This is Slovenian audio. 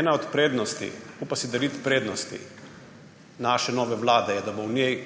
Ena od prednosti, upam si trditi prednosti naše nove vlade je, da bodo v njej,